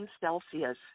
Celsius